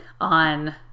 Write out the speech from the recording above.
on